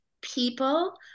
people